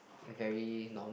very normal